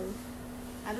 ya have